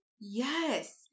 Yes